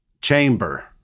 Chamber